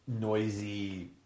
noisy